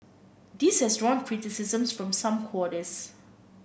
this has drawn criticisms from some quarters